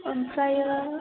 ओमफ्राय